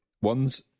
One's